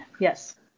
Yes